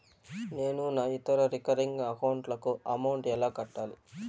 నేను నా ఇతర రికరింగ్ అకౌంట్ లకు అమౌంట్ ఎలా కట్టాలి?